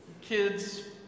Kids